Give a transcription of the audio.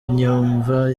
yumva